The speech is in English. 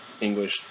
English